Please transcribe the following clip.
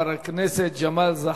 חבר הכנסת ג'מאל זחאלקה.